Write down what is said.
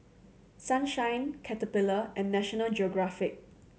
Sunshine Caterpillar and National Geographic